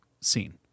scene